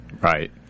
Right